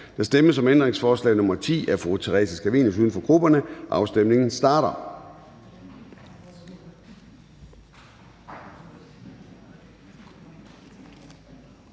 Der stemmes om ændringsforslag nr. 1, af Theresa Scavenius, UFG, og afstemningen starter.